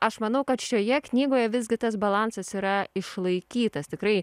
aš manau kad šioje knygoje visgi tas balansas yra išlaikytas tikrai